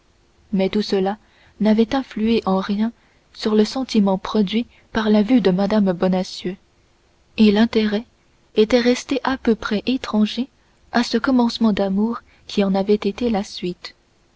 mais tout cela n'avait influé en rien sur le sentiment produit par la vue de mme bonacieux et l'intérêt était resté à peu près étranger à ce commencement d'amour qui en avait été la suite